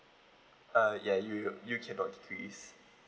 uh ya you you cannot decrease